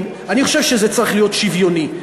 אני חושב שזה צריך להיות שוויוני.